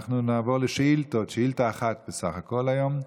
אנחנו נעבור לשאילתות, שאילתה אחת בסך הכול היום,